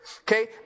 Okay